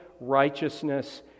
righteousness